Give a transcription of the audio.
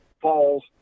falls